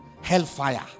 hellfire